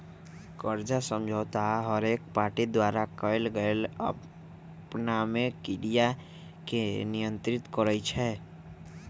कर्जा समझौता हरेक पार्टी द्वारा कएल गेल आपनामे क्रिया के नियंत्रित करई छै